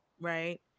right